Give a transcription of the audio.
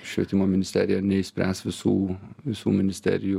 švietimo ministerija neišspręs visų visų ministerijų